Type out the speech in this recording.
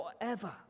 forever